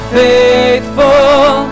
faithful